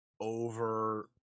over